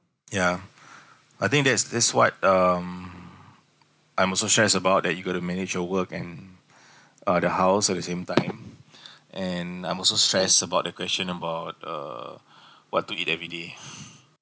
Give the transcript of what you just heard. yeah I think that is that's what um I'm also stressed about that you got to manage your work and uh the house at the same time and I'm also stressed about the question about uh what to eat everyday